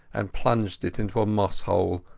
and plunged it into a moss-hole,